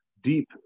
deep